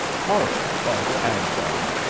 horrid father anselm!